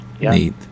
Neat